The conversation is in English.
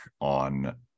on